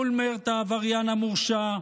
אולמרט, העבריין המורשע,